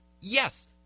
yes